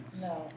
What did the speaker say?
No